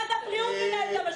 ומצד שני, היא מוכנה לדבר על התשלום.